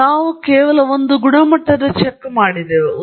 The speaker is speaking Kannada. ಮತ್ತು ನಂತರ ವಾಸ್ತವವಾಗಿ ನಾವು ಕೇವಲ ಒಂದು ಗುಣಮಟ್ಟದ ಚೆಕ್ ಮಾಡಿದರು